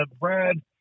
Brad